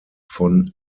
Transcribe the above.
von